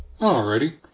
Alrighty